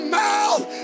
mouth